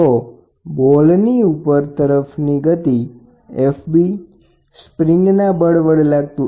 તો બોલની ઉપર તરફની ગતિ Fb તેની સામેના સ્પ્રિંગના બળ Fs વડે સંતુલિત થાય છે